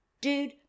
Dude